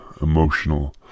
emotional